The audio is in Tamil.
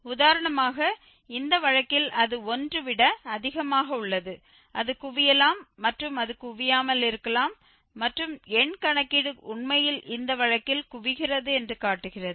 உதாரணமாக இந்த வழக்கில் அது 1 விட அதிகமாக உள்ளது அது குவியலாம் மற்றும் அது குவியாமல் இருக்கலாம் மற்றும் எண் கணக்கீடு உண்மையில் இந்த வழக்கில் குவிகிறது என்று காட்டுகிறது